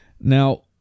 now